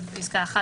בפסקה (1),